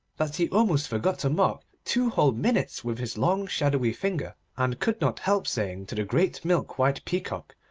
that he almost forgot to mark two whole minutes with his long shadowy finger, and could not help saying to the great milk-white peacock,